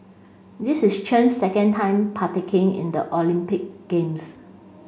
this is Chen's second time partaking in the Olympic games